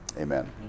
Amen